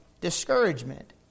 discouragement